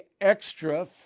extra